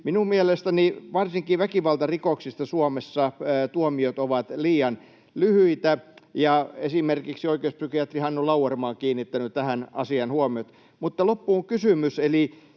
Minun mielestäni varsinkin väkivaltarikoksista Suomessa tuomiot ovat liian lyhyitä, ja esimerkiksi oikeuspsykiatri Hannu Lauerma on kiinnittänyt tähän asiaan huomiota. Loppuun: